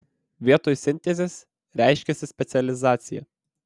vietoj sintezės reiškiasi specializacija